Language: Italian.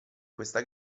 questa